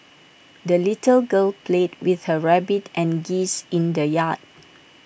the little girl played with her rabbit and geese in the yard